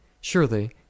Surely